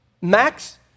max